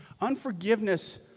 Unforgiveness